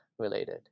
related